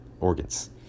organs